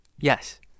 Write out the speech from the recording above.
Yes